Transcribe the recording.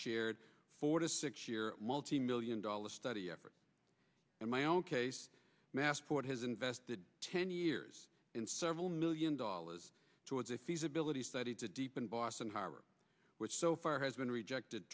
shared four to six year multi million dollar study effort and my own case massport has invested ten years in several million dollars towards a feasibility study to deep in boston harbor which so far has been rejected